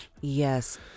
Yes